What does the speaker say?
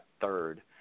third